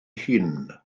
hun